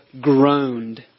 groaned